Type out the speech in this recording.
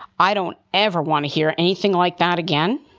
i don't ever want to hear anything like that again.